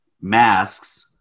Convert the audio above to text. masks